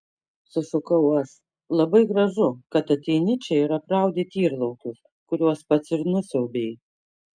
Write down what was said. sušukau aš labai gražu kad ateini čia ir apraudi tyrlaukius kuriuos pats ir nusiaubei